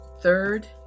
Third